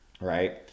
right